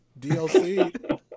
DLC